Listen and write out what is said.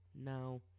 Now